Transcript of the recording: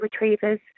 retrievers